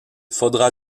faudra